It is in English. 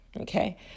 okay